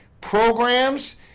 programs